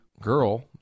girl